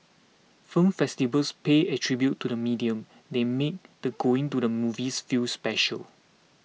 film festivals pay a tribute to the medium they make the going to the movies feel special